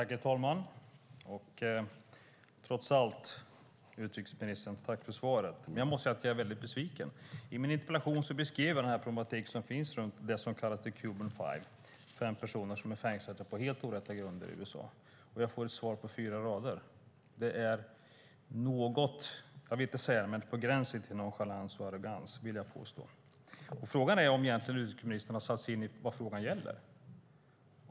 Herr talman! Jag får trots allt tacka utrikesministern för svaret, men jag måste säga att jag är mycket besviken. I min interpellation beskrev jag den problematik som finns när det gäller "the Cuban Five", fem personer som är fängslade på helt orätta grunder i USA, och jag får ett svar på fyra rader! Det är på gränsen till nonchalans och arrogans, vill jag påstå. Frågan är om utrikesministern egentligen har satt sig in i vad frågan gäller.